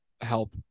help